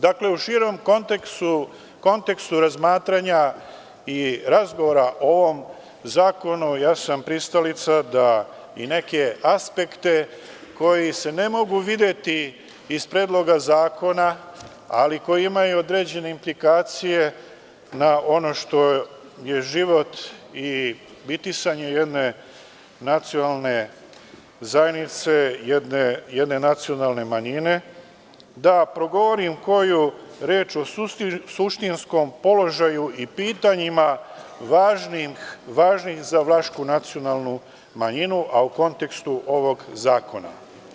Dakle, u širem kontekstu razmatranja i razgovora o ovom zakonu, ja sam pristalica da i neke aspekte koji se ne mogu videti iz predloga zakona, ali koji imaju određene implikacije na ono što je život i bitisanje jedne nacionalne zajednice, jedne nacionalne manjine, da progovorim koju reč o suštinskom položaju i pitanjima važnih za vlašku nacionalnu manjinu, a u kontekstu ovog zakona.